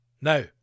now